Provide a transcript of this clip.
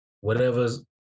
Whatever's